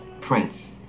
Prince